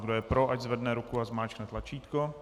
Kdo je pro, ať zvedne ruku a zmáčkne tlačítko.